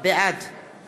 בעד